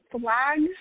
flags